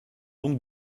donc